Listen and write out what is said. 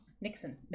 Nixon